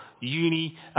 uni